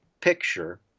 picture